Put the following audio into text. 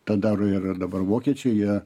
tą daro ir dabar vokiečiai jie